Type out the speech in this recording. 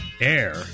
air